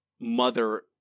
mother